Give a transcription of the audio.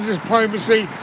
diplomacy